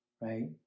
Right